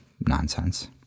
nonsense